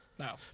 No